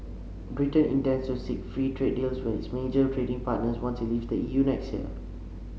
Britain intends to seek free trade deals with its major trading partners once it leaves the E U next year